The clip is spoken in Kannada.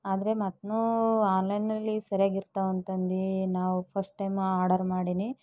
ಆದರೆ ಮತ್ತುನೂ ಆನ್ಲೈನ್ಲ್ಲಿ ಸರಿಯಾಗಿ ಇರ್ತಾವೆ ಅಂತ ಅಂದು ನಾವು ಫಸ್ಟ್ ಟೈಮ್ ಆರ್ಡರ್ ಮಾಡೀನಿ